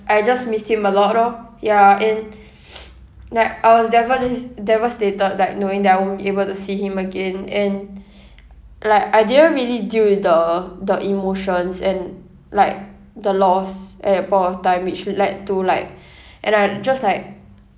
I just missed him a lot lor ya and like I was devasta~ devastated like knowing that I won't be able to see him again and like I didn't really deal with the the emotions and like the loss at that point of time which l~ led to like and I'm just like